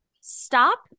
Stop